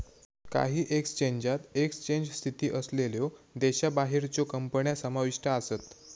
काही एक्सचेंजात एक्सचेंज स्थित असलेल्यो देशाबाहेरच्यो कंपन्या समाविष्ट आसत